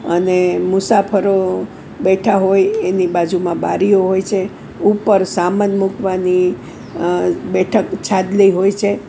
અને મુસાફરો બેઠા હોય એની બાજુમાં બારીઓ હોય છે ઉપર સામાન મૂકવાની બેઠક છાજલી હોય છે